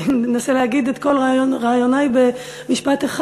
אני מנסה להגיד את כל רעיונַי במשפט אחד.